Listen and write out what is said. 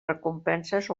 recompenses